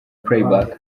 playback